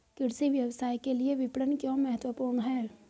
कृषि व्यवसाय के लिए विपणन क्यों महत्वपूर्ण है?